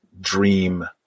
dream